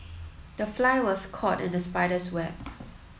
the fly was caught in the spider's web